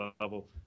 level